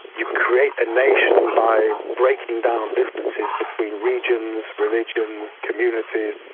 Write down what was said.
you create a nation by breaking down differences between regions, religion, communities,